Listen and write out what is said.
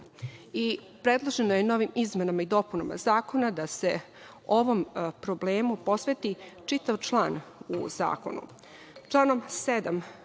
Predloženo je novim izmenama i dopunama zakona da se ovom problemu posveti čitav član u zakonu. Članom 7.